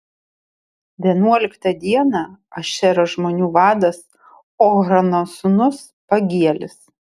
vienuoliktą dieną ašero žmonių vadas ochrano sūnus pagielis